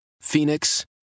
Phoenix